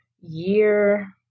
year